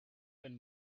when